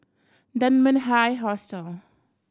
Dunmaned High Hostel